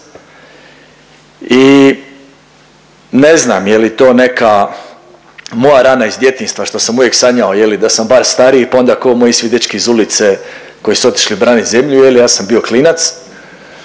i ne znam je li to neka moja rana iz djetinjstva što sam uvijek sanjao da sam bar stariji pa onda ko ovi svi moji dečki iz ulice koji su otišli branit zemlju, ja sam bio klinac,